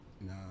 No